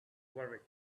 berwick